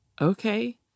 okay